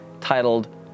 titled